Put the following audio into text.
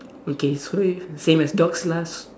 okay so same as dogs last